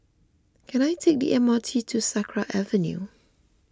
can I take the M R T to Sakra Avenue